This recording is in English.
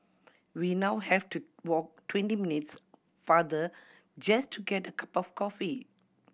we now have to walk twenty minutes farther just to get a cup of coffee